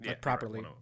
properly